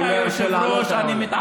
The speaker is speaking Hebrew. אולי הוא ירצה לענות.